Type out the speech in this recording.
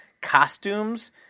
costumes